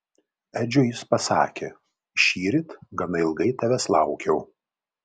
edžiui jis pasakė šįryt gana ilgai tavęs laukiau